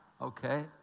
Okay